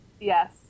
Yes